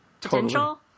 potential